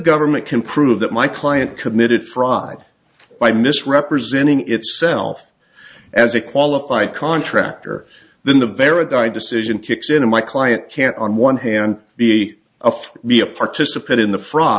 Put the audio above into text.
government can prove that my client committed fraud by misrepresenting itself as a qualified contractor then the very die decision kicks in and my client can't on one hand be afraid be a participant in the fr